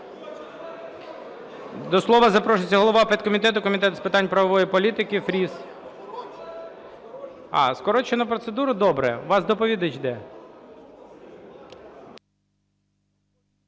До слова запрошується голова підкомітету Комітету з питань правової політики Фріс. Скорочену процедуру? Добре. У вас доповідач де?